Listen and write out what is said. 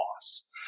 loss